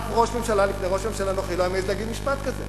אף ראש ממשלה לפני ראש הממשלה הנוכחי לא היה מעז להגיד משפט כזה.